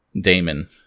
Damon